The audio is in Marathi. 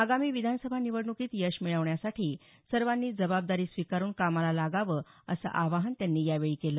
आगामी विधानसभा निवडण्कीत यश मिळवण्यासाठी सर्वांनी जबाबदारी स्वीकारून कामाला लागावं असं आवाहन त्यांनी यावेळी केलं